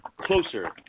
closer